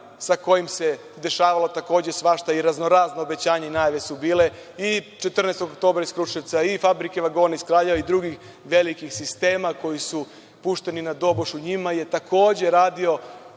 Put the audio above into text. sa kojim se dešavalo takođe svašta i razno razna obećanja i najave su bile i „14. oktobra“ iz Kruševca i „Fabrike vagona“ iz Kraljeva i drugih velikih sistema koji su pušteni na doboš. U njima je takođe radio